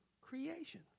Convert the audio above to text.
creation